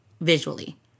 visually